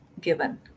given